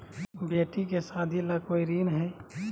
बेटी के सादी ला कोई ऋण हई?